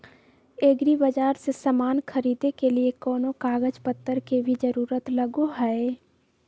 एग्रीबाजार से समान खरीदे के लिए कोनो कागज पतर के भी जरूरत लगो है?